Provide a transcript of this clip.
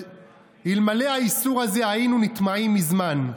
אלמלא האיסור הזה היינו נטמעים מזמן.